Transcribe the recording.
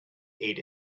ate